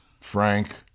Frank